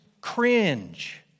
cringe